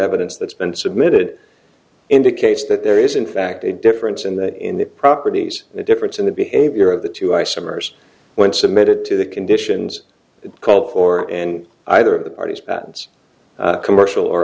evidence that's been submitted indicates that there is in fact a difference in that in the properties and a difference in the behavior of the two isomers when submitted to the conditions called for and either of the parties battens commercial or